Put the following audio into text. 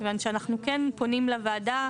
כיוון שאנחנו כן פונים לוועדה.